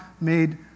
made